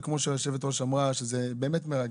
וכמו שיושבת הראש אמרה שזה באמת מרגש.